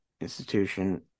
institution